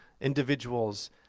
individuals